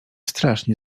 strasznie